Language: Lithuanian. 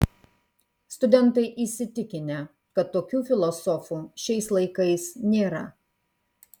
studentai įsitikinę kad tokių filosofų šiais laikais nėra